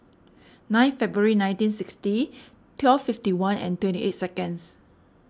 nine February nineteen sixty twelve fifty one and twenty eight seconds